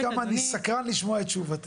את לא יודעת כמה אני סקרן לשמוע את תשובתך.